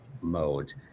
mode